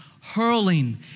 hurling